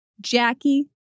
Jackie